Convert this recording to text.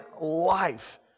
life